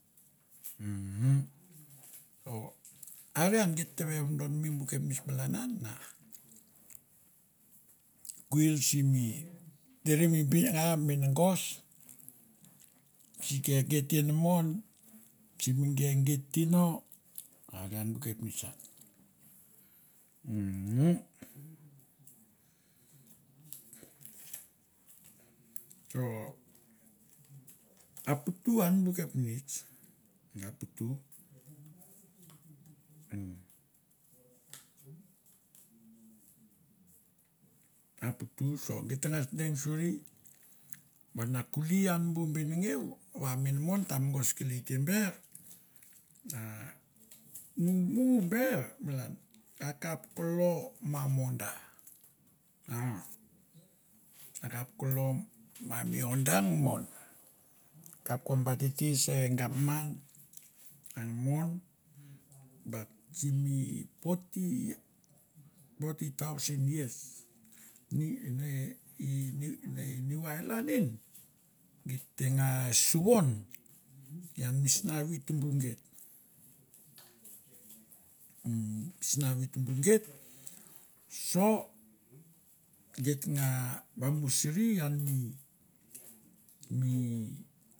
Umm umm so are an geit te ve vodonmi bu kapnets palan an na kwil simi deri mi binangau a mi minangos si ke geit inamon, simi ke geit tino are an bu kapnets an umm umm. So a putu an bu kapnets, a putu umm a putu so geit ta ngas deng suri va na kuli ian bu benengeu va mi inamon ta mogos kelei te ber. A mumu ber malan akap kovo lo ma oda a akap ka lo ma oda a nga mon, kap ko ba titir se gapman ang mon, bat simi poti tausen years ne ni ne ni ne i niu ailan in geit teng nga suvon ian mi sinavi tumbu geit umm sinavi tumbu geit. So geit nga vamusuri ian mi mi